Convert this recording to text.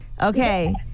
okay